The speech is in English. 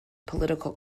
political